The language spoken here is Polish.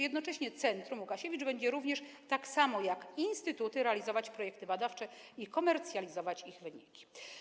Jednocześnie Centrum Łukasiewicz będzie również tak samo jak instytuty realizować projekty badawcze i komercjalizować ich wyniki.